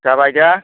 जाबाय दे